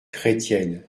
chrétienne